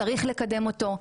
צריך לקדם אותו,